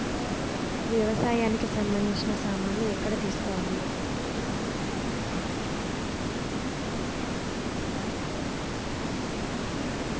వ్యవసాయానికి సంబంధించిన సామాన్లు ఎక్కడ తీసుకోవాలి?